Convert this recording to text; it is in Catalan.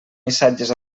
missatges